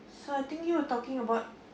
so I think you're talking about